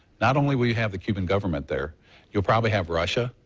not only will you have the cuban government there you'll probably have russia,